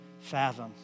fathom